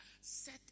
set